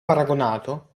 paragonato